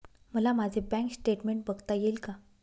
मला माझे bank statement बघता येईल का?